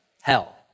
hell